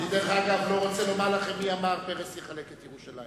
אני דרך אגב לא רוצה לומר לכם מי אמר "פרס יחלק את ירושלים".